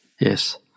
Yes